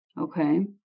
Okay